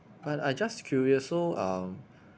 but I just curious so um